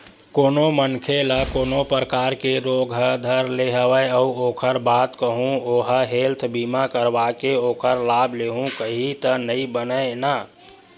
कोनो मनखे ल कोनो परकार के रोग ह धर ले हवय अउ ओखर बाद कहूँ ओहा हेल्थ बीमा करवाके ओखर लाभ लेहूँ कइही त नइ बनय न